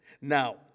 Now